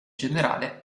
generale